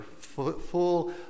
full